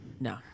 No